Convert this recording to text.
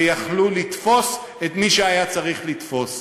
ויכלו לתפוס את מי שהיה צריך לתפוס.